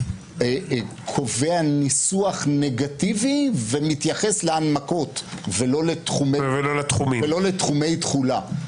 קובע ניסוח נגטיבי ומתייחס להנמקות ולא לתחומי תחולה.